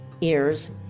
ears